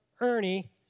Ernie